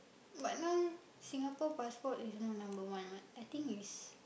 but now Singapore passport is not number one what I think it's